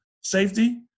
safety